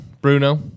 Bruno